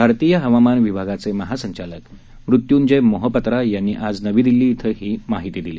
भारतीय हवामान विभागाचे महासंचालक मृत्यूंजय मोहपात्रा यांनी आज नवी दिल्ली इथं ही माहिती दिली